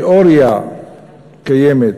שכשהתיאוריה קיימת,